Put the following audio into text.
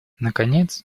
наконец